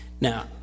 Now